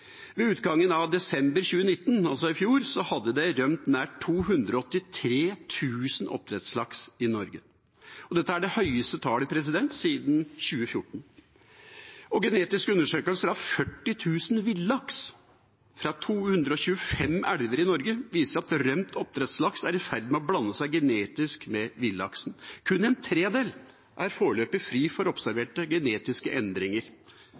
Ved utgangen av desember 2019, altså i fjor, hadde det rømt nær 283 000 oppdrettslaks i Norge. Dette er det høyeste tallet siden 2014. Genetiske undersøkelser av 40 000 villaks fra 225 elver i Norge viser at rømt oppdrettslaks er i ferd med å blande seg genetisk med villaksen. Kun en tredjedel er foreløpig fri for observerte genetiske endringer,